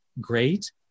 great